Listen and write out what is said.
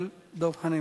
של דב חנין.